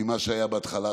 ממה שהיה בהתחלה.